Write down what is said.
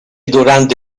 durante